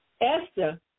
Esther